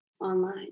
online